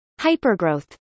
Hypergrowth